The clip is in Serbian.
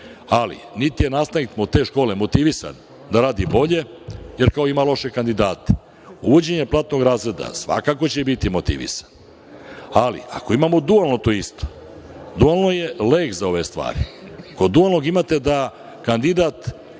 Ali, niti je nastavnik te škole motivisan da radi bolje, jer kao ima loše kandidate. Uvođenjem platnog razreda svakako će biti motivisan, ali ako imamo dualno to isto, dualno je lek za ove stvari. Kod dualnog imate da kandidat